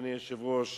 אדוני היושב-ראש,